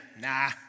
Nah